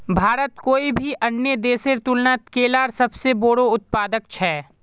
भारत कोई भी अन्य देशेर तुलनात केलार सबसे बोड़ो उत्पादक छे